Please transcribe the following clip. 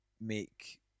make